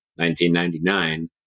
1999